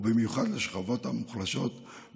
ובמיוחד לשכבות המוחלשות,